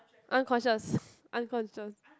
unconscious unconscious